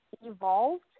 evolved